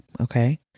Okay